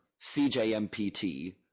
CJMPT